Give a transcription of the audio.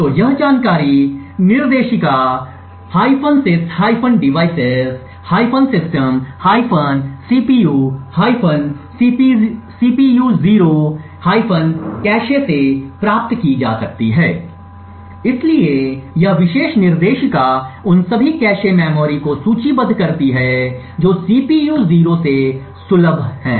तो यह जानकारी निर्देशिका sys devices system cpu cpu0 cache से प्राप्त की जा सकती है इसलिए यह विशेष निर्देशिका उन सभी कैश मेमोरी को सूचीबद्ध करती है जो CPU 0 से सुलभ हैं